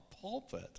pulpit